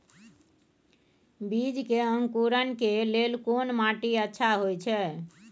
बीज के अंकुरण के लेल कोन माटी अच्छा होय छै?